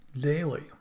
daily